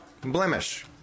blemish